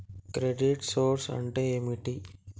Credit score అంటే ఏమిటి?